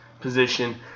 position